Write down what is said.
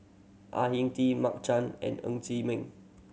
Au Hing Tee Mark Chan and Ng Chee Meng